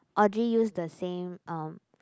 Audrey use the same um